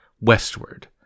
westward